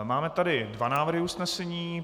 Máme tady dva návrhy usnesení.